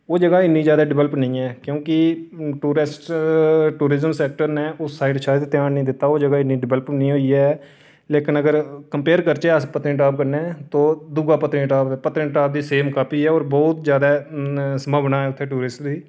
ओह् जगह इन्नी ज्यादा डिबैल्प नेईं ऐ क्योंकि टूरेस्ट टूरिजम सैक्टर ने उस साइड शायद ध्यान नेईं दित्ता होग ओह् जगह् इन्नी डिबैल्प नेईं होई ऐ लेकिन अगर कंपेयर करचै अस पत्नीटॉप कन्नै तो दूआ पत्नीटॉप पत्नीटॉप दी सेम कॉपी ऐ होर बहुत ज्यादा संभावना ऐ उत्थै टूरिस्ट दी